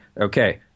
okay